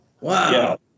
Wow